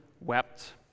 wept